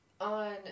On